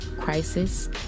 Crisis